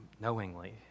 knowingly